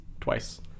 twice